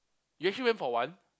you actually went for one